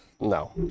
no